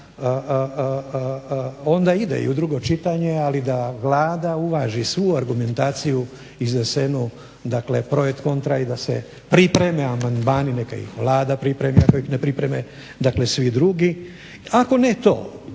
onda ide i u drugo čitanje ali da Vlada uvaži svu argumentaciju iznesenu dakle pro et kontra i da se pripreme amandmani, neka ih Vlada pripremi ako ih ne pripreme svi drugi. Ako ne to,